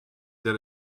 that